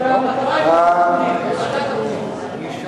המטרה היא ועדת הפנים.